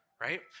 right